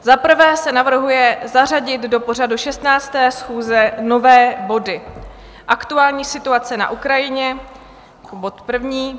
Za prvé se navrhuje zařadit do pořadu 16. schůze nové body: Aktuální situace na Ukrajině jako bod první.